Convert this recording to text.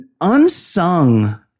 unsung